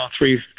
three